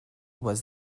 was